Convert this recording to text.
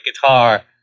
guitar